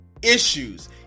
Issues